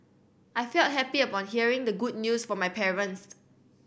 I felt happy upon hearing the good news from my parents